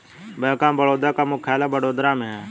bank of Baroda का मुख्यालय वडोदरा में है